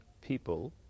People